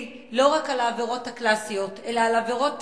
לא רק על העבירות הקלאסיות אלא על עבירות פשוטות.